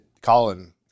Colin